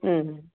ಹ್ಞೂ ಹ್ಞೂ